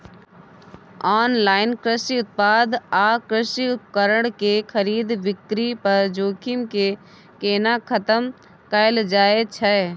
Online कृषि उत्पाद आ कृषि उपकरण के खरीद बिक्री पर जोखिम के केना खतम कैल जाए छै?